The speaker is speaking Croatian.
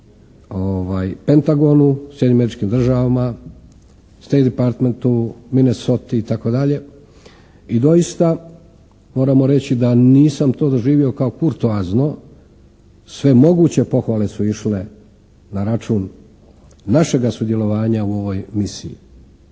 Pentagonu, Sjedinjenim Američkim Državama, State departmentu, Minessoti itd. i doista moramo reći da nisam to doživio kao kurtoazno. Sve moguće pohvale su išle na račun našega sudjelovanja u ovoj misiji.